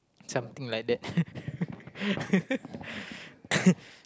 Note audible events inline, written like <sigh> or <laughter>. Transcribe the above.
something like that <laughs> <coughs>